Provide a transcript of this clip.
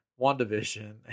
WandaVision